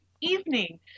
evening